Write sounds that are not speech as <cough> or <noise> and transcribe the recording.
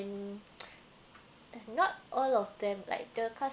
<noise> not all of them like the